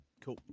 cool